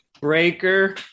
Breaker